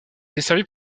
desservie